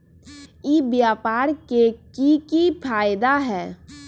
ई व्यापार के की की फायदा है?